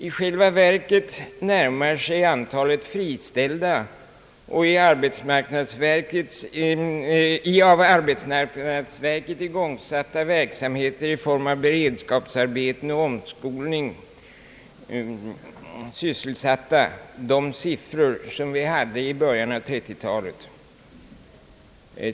I själva verket närmar sig antalet friställda och i av arbetsmarknadsverket igångsatta arbeten i form av beredskapsarbeten och omskolning sysselsatta de siffror som vi hade i början av 30-talet.